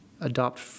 adopt